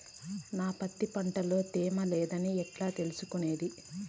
నా పత్తి పంట లో తేమ లేదని ఎట్లా తెలుసుకునేది?